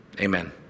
Amen